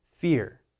fear